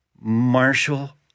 Marshall